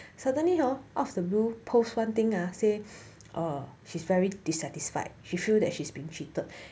suddenly orh her of the blue post one thing ah say uh she's very dissatisfied she feel that she's being cheated